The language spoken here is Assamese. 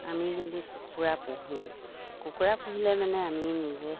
আমি যদি কুকুৰা পোহোঁ কুকুৰা পুহিলে মানে আমি নিজে